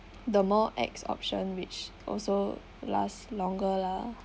the more ex option which also last longer lah